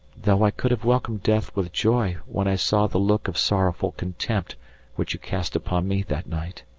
though i could have welcomed death with joy when i saw the look of sorrowful contempt which you cast upon me that night.